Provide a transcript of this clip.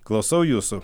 klausau jūsų